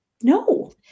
No